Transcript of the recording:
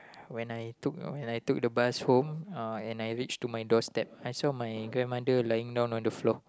when I took when I took the bus home uh and I reach to my doorstep I saw my grandmother lying down on the floor